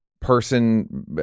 person